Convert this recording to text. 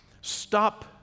stop